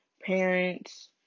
parents